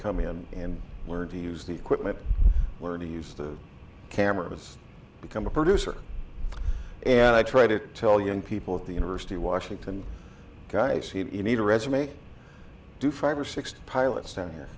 come in and learn to use the equipment learn to use the camera has become a producer and i try to tell young people at the university of washington guys he need a resume do five or six pilot stand here